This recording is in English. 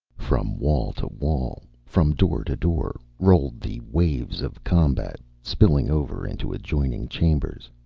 from wall to wall, from door to door rolled the waves of combat, spilling over into adjoining chambers.